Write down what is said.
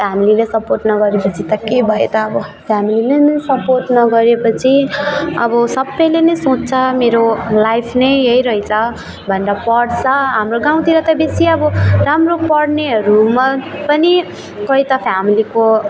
फ्यामिलीले सपोर्ट नगरे पछि त के भयो त अब फ्यामिलीले नै सपोर्ट नगरे पछि अब सबले नै सोच्छ मेरो लाइफ नै यही रहेछ भनेर पढ्छ हाम्रो गाउँतिर त बेसी अब राम्रो पढ्नेहरूमा पनि कोही त फ्यामिलीको